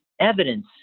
evidence